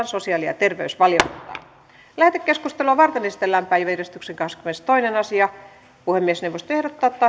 sosiaali ja terveysvaliokuntaan lähetekeskustelua varten esitellään päiväjärjestyksen kahdeskymmenestoinen asia puhemiesneuvosto ehdottaa että